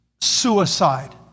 suicide